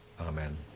Amen